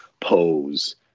pose